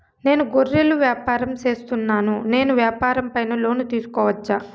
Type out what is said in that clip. నేను గొర్రెలు వ్యాపారం సేస్తున్నాను, నేను వ్యాపారం పైన లోను తీసుకోవచ్చా?